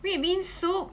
red bean soup